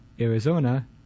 Arizona